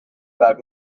about